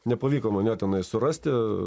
nepavyko mane tenai surasti